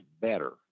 better